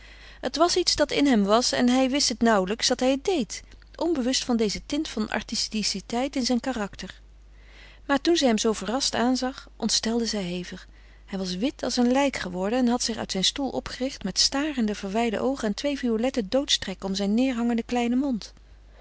het was iets dat in hem was en hij wist het nauwelijks dat hij het deed onbewust van deze tint van artisticiteit in zijn karakter maar toen zij hem zoo verrast aanzag ontstelde zij hevig hij was wit als een lijk geworden en had zich uit zijn stoel opgericht met starende verwijde oogen en twee violette doodstrekken om zijn neêrhangenden kleinen mond